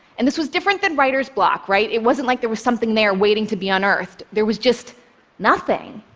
and this was different than writer's block, right? it wasn't like there was something there waiting to be unearthed. there was just nothing.